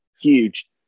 huge